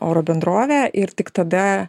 oro bendrovė ir tik tada